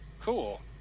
Cool